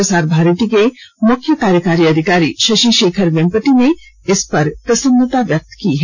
प्रसार भारती के मुख्य कार्यकारी अधिकारी शशि शेखर वेम्पटी ने इस पर प्रसन्नता व्यक्त की है